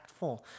impactful